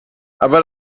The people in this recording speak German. aber